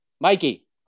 Mikey